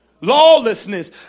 lawlessness